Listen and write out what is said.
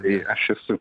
tai aš esu